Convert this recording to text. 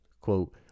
quote